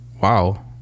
Wow